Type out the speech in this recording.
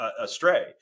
astray